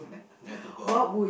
near to god